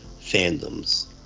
fandoms